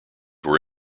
were